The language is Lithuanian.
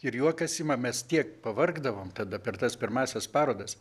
ir juokas ima mes tiek pavargdavom tada per tas pirmąsias parodas